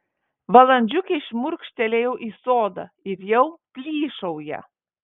valandžiukei šmurkštelėjau į sodą ir jau plyšauja